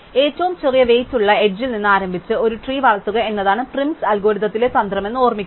ഏറ്റവും ചെറിയ വെയ്റ്റ് ഉള്ള എഡ്ജിൽ നിന്ന് ആരംഭിച്ച് ഒരു ട്രീ വളർത്തുക എന്നതാണ് പ്രിംസ് അൽഗോരിതത്തിലെ തന്ത്രമെന്ന് ഓർമ്മിക്കുക